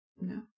No